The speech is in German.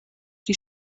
die